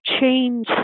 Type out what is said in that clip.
change